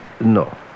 No